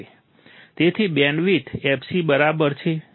તેથી bandwidth fc બરાબર છે